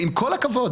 ועם כל הכבוד,